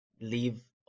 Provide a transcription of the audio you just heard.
leave